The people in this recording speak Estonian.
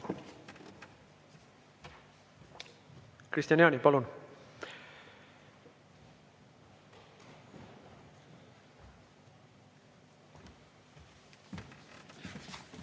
Kristian Jaani, palun!